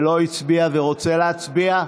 לא הצביע ורוצה להצביע?